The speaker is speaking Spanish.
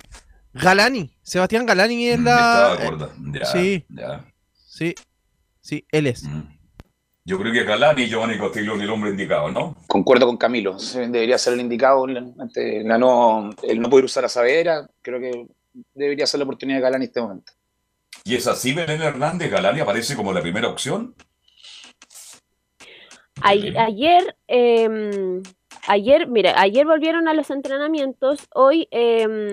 Galani, Sebastián Galani es la- Me estaba de acuerdo. eh, Ya, sí, ya. sí, sí, él es. Mm. Yo creo que Galani, Giovanni Costilio, es el hombre indicado, ¿no? Concuerdo con Camilo, se- debería ser el indicado, ante la no- el no poder usar a Saavedra, creo que debería ser la oportunidad de Galani en este momento. ¿Y es así, Belén Hernández? ¿Galani aparece como la primera opción? Ay- Belén. ayer, em, ayer, mira, ayer volvieron a los entrenamientos, hoy, em,